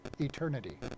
eternity